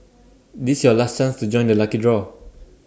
this your last chance to join the lucky draw